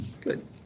Good